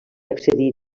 accedir